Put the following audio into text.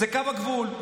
זה קו הגבול.